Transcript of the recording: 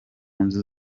nzu